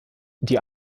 die